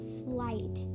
flight